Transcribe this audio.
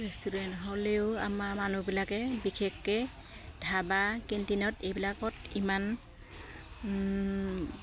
restaurant হ'লেও আমাৰ মানুহবিলাকে বিশেষকৈ ধাবা কেণ্টিনত এইবিলাকত ইমান